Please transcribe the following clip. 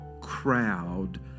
crowd